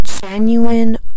genuine